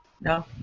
No